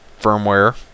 firmware